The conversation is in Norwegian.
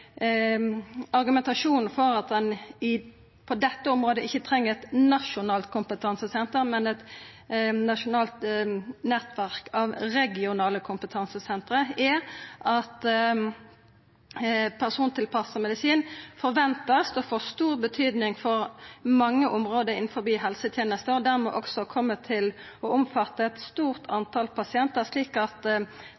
for at ein på dette området ikkje treng eit nasjonalt kompetansesenter, men eit nasjonalt nettverk av regionale kompetansesenter, er at ein ventar at persontilpassa medisin får stor betydning for mange område innanfor helsetenesta og dermed også koma til å